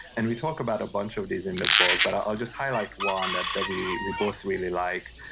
and we talk about a bunch of these in the book, but i'll just highlight one that that we we both really like,